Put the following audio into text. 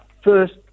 first